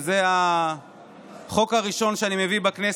זה החוק הראשון שאני מביא בכנסת,